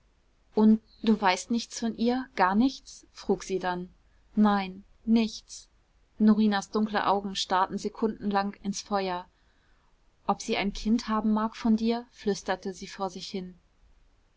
und du weißt nichts von ihr gar nichts frug sie dann nein nichts norinas dunkle augen starrten sekundenlang ins feuer ob sie ein kind haben mag von dir flüsterte sie vor sich hin